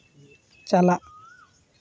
ᱪᱟᱞᱟᱜ